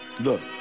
Look